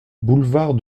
boulevard